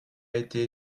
été